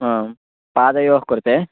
आं पादयोः कृते